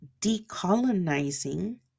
decolonizing